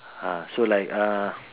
ah so like uh